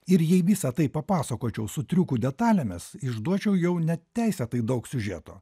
ir jei visą tai papasakočiau su triukų detalėmis išduočiau jau neteisėtai daug siužeto